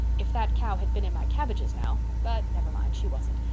if that cow had been in my cabbages now. but never mind, she wasn't,